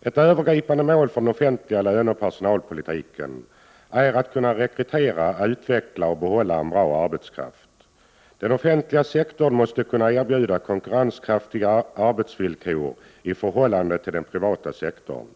Ett övergripande mål för den offentliga löneoch personalpolitiken är att kunna rekrytera, utveckla och behålla en bra arbetskraft. Den offentliga sektorn måste kunna erbjuda konkurrenskraftiga arbetsvillkor i förhållande till den privata sektorn.